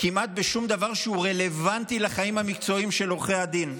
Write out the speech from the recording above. כמעט בשום דבר שהוא רלוונטי לחיים המקצועיים של עורכי הדין.